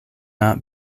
not